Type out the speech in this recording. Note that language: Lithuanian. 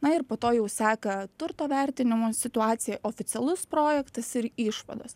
na ir po to jau seka turto vertinimo situacija oficialus projektas ir išvados